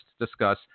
discuss